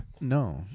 No